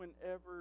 whenever